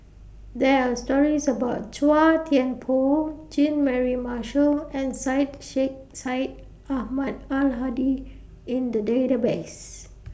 There Are stories about Chua Thian Poh Jean Mary Marshall and Syed Sheikh Syed Ahmad Al Hadi in The Database